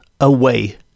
away